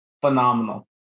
phenomenal